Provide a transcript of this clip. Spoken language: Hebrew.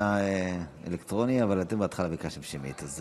עשית את זה בשקדנות, באינטליגנציה טבעית ואותנטית.